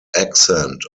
accent